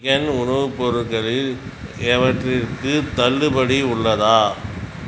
vegan உணவு பொருட்களில் எவற்றிற்க்கு தள்ளுபடி உள்ளதா